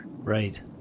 Right